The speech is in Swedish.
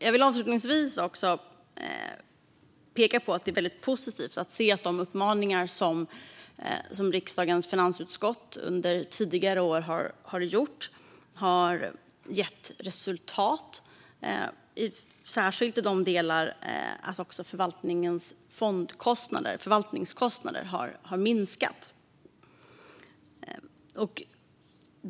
Jag vill avslutningsvis också peka på att det är väldigt positivt att de uppmaningar som riksdagens finansutskott under tidigare år har kommit med har gett resultat, särskilt när det gäller att också fondernas förvaltningskostnader har minskat.